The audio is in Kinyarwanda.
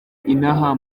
inaha